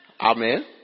Amen